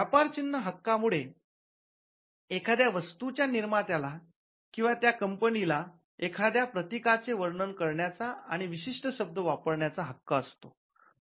व्यापार चिन्ह हक्का मुळे एखाद्या वस्तूच्या निर्मात्याला किंवा त्या कंपनीला एखाद्या प्रतिकाचे वर्णन करण्याचा किंवा विशिष्ट शब्द वापरण्याचा हक्क असतो